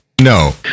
No